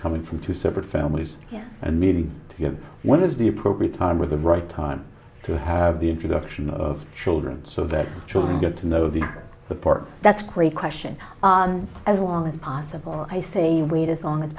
coming from two separate families and maybe one is the appropriate time with the right time to have the introduction of children so that children get to know the part that's great question as long as possible i say wait as long as